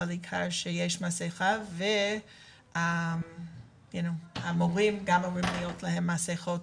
אבל העיקר שיש מסכה וגם למורים אמורות להיות עם מסכות